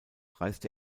reiste